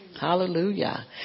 Hallelujah